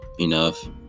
enough